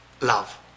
love